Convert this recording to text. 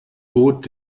bot